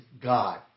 God